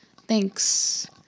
Thanks